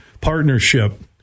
partnership